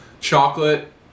chocolate